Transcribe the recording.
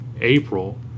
April